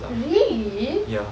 really